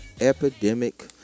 epidemic